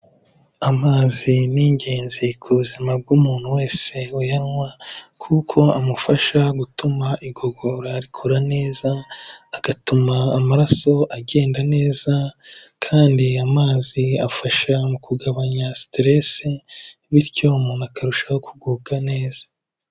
Amazi ni ingenzi ku buzima bw'umuntu wese uyanywa kuko amufasha gutuma igogora rikora neza, agatuma amaraso agenda neza kandi amazi afasha mu kugabanya stress bityo umuntu akarushaho kugubwa neza.